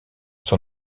son